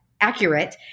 accurate